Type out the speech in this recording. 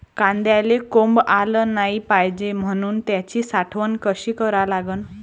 कांद्याले कोंब आलं नाई पायजे म्हनून त्याची साठवन कशी करा लागन?